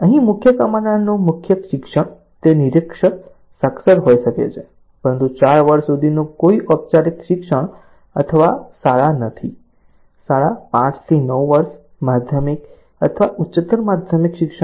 અહીં મુખ્ય કમાનારનું મુખ્ય શિક્ષણ તે નિરક્ષર સાક્ષર હોઈ શકે છે પરંતુ 4 વર્ષ સુધીનું કોઈ ઓપચારિક શિક્ષણ અથવા શાળા નથી શાળા 5 થી 9 વર્ષ માધ્યમિક અથવા ઉચ્ચતર માધ્યમિક શિક્ષણ